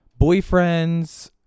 boyfriends